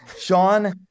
Sean